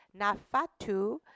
Nafatu